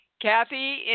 Kathy